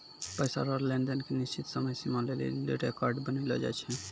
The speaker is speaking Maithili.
पैसा रो लेन देन के निश्चित समय सीमा लेली रेकर्ड बनैलो जाय छै